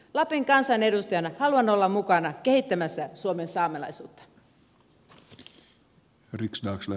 lapin kansanedustajana haluan olla mukana kehittämässä suomen saamelaisuutta